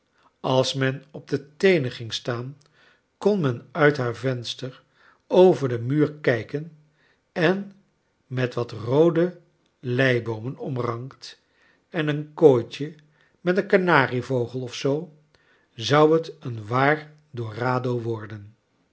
als men op de teenen ging staan kon men uit haar venster over den muur kijken en met wat roode leiboomen omrankt en een kooitje met een kanarievogel of zoo zou het een waar dorado worden